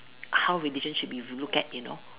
how relationship be looked at you know